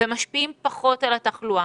ומשפיעים פחות על התחלואה.